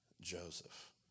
Joseph